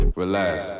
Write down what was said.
relax